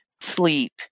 sleep